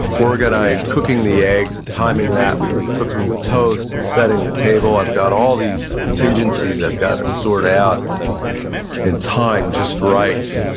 organize cooking the eggs and timing that with cooking the toast and setting the table. i've got all these contingencies i've gotta sort out in time just right,